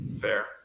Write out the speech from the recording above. fair